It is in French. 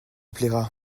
plaira